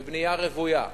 בבנייה רוויה,